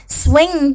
swing